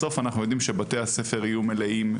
בסוף אנחנו יודעים שבתי הספר יהיו מלאים,